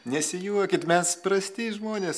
nesijuokit mes prasti žmonės